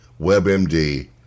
WebMD